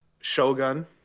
Shogun